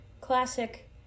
Classic